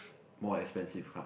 more expensive car